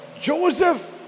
Joseph